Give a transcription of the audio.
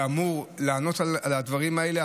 שאמורים לענות על הדברים האלה,